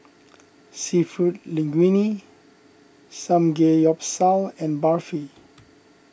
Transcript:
Seafood Linguine Samgeyopsal and Barfi